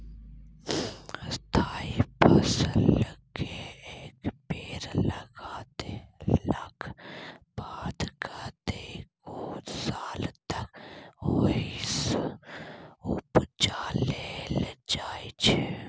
स्थायी फसलकेँ एक बेर लगा देलाक बाद कतेको साल तक ओहिसँ उपजा लेल जाइ छै